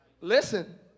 Listen